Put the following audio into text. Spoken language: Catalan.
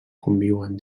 conviuen